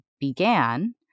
began